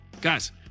guys